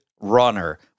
runner